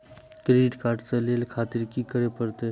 Credit card ले खातिर की करें परतें?